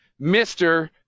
Mr